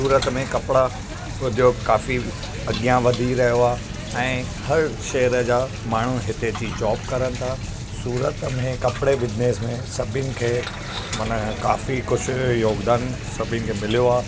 सूरत में कपिड़ा उद्दयोग काफ़ी अॻियां वधी रहियो आहे ऐं हर शहर जा माण्हू हिते अची जॉब करनि था सूरत में कपिड़े बिज़नेस में सभिनी खे माना काक़ी कुझु योगदानु सभिनी खे मिलियो आहे